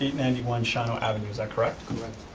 ninety one shawano avenue, is that correct? correct.